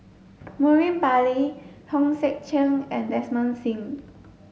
Murali Pillai Hong Sek Chern and Desmond Sim